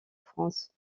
france